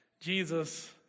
Jesus